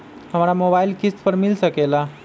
हमरा मोबाइल किस्त पर मिल सकेला?